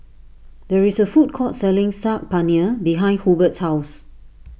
there is a food court selling Saag Paneer behind Hubert's house